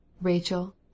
rachel